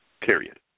period